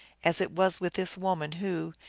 as it was with this woman, who,